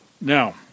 Now